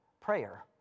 prayer